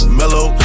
mellow